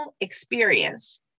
experience